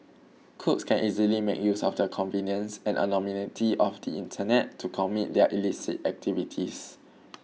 crooks can easily make use of the convenience and anonymity of the Internet to commit their illicit activities